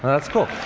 that's cool.